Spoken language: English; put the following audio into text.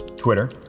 twitter.